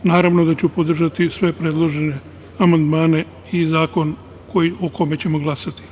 Naravno da ću podržati sve predložene amandmane i zakon o kome ćemo glasati.